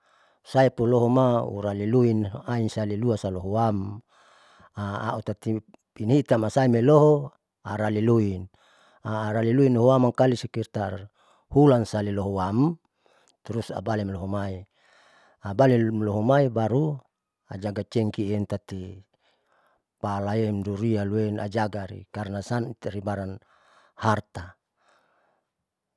Saipulohoma uraliluin tauali salilua lasoluham autati pinahiitasam loiloho araliluin araliluin lohoam mangkali lisekitar hulan sali lohoam, terus abali limohomai abalilelohomai baru ajaga cengki intati palaem durianluem ajagari karnasan itari barang harta.